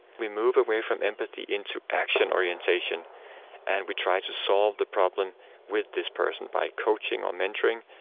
we move away from empathy into action orientation and we try to solve the problem with this person by coaching or mentoring,